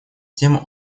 тем